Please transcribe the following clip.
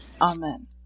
Amen